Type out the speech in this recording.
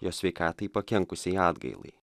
jo sveikatai pakenkusiai atgailai